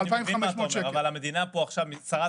אני מבין מה אתה אומר, אבל המדינה נותנת מענה.